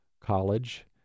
college